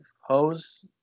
Hose